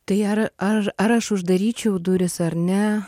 tai ar ar ar aš uždaryčiau duris ar ne